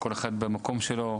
כל אחד במקום שלו,